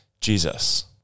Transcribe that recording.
Jesus